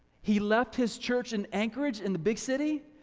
he left his church in anchorage in the big city.